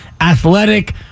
athletic